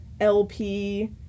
LP